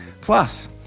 Plus